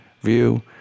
View